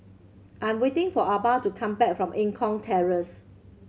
I'm waiting for Arba to come back from Eng Kong Terrace